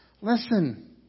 Listen